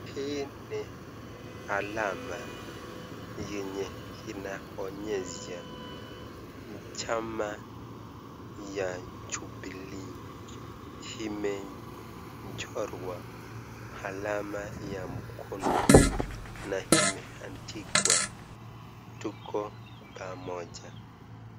Hii ni alama yenye inaonyesha chama ya Jubilee imechorwa alama ya mkono na imeandikwa tuko pamoja.